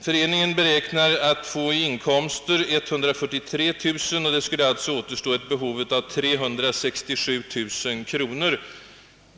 Föreningen beräknar sina inkomster till 143 000 kr. och det föreligger alltså behov av ytterligare 367 000 kr.